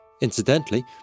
Incidentally